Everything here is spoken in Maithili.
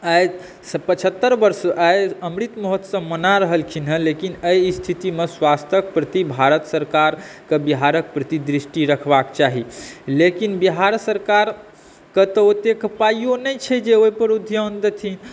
आइसॅं पचहत्तरि वर्ष आइ अमृत महोत्सव मना रहलखिन हँ लेकिन एहि स्थितिमे स्वास्थ्यक प्रति भारत सरकारक बिहारक प्रति दृष्टि रखबाक चाही लेकिन बिहार सरकारक तऽ ओतेक पाइयो नहि छै जे ओहि पर ओ ध्यान देथिन